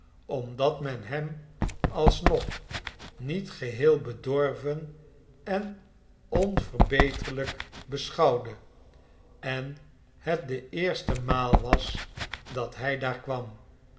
omdat men hem als nog niet geheel bedorven en onverbeterlijk beschouwde en het de eerste maal was dat hij daar kwam